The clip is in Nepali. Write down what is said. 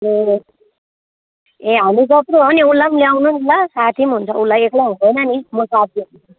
ए ए हामी जत्रै हो नि उसलाई पनि ल्याउनु नि ल साथी पनि हुन्छ उसलाई एक्लै हुँदैन नि म साथी हुन्छु